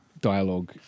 dialogue